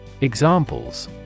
Examples